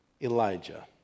Elijah